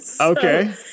Okay